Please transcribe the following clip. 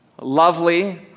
lovely